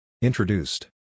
Introduced